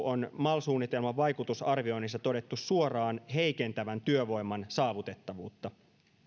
on mal suunnitelman vaikutusarvioinnissa todettu suoraan heikentävän työvoiman saavutettavuutta